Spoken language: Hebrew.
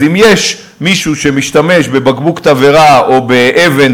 אז אם יש מישהו שמשתמש בבקבוק תבערה או באבן,